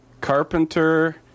Carpenter